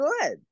good